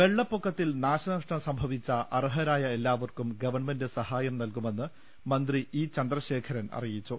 വെള്ളപ്പൊക്കത്തിൽ നാശനഷ്ടം സംഭവിച്ച അർഹരായ എല്ലാ വർക്കുംഗവൺമെന്റ് സഹായം നൽകുമെന്ന് മന്ത്രി ഇ ചന്ദ്രശേ ഖരൻ അറിയിച്ചു